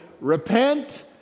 repent